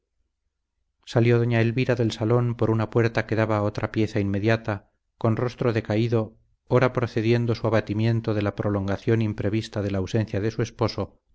salió doña elvira del salón por una puerta que daba a otra pieza inmediata con rostro decaído ora procediendo su abatimiento de la prolongación imprevista de la ausencia de su esposo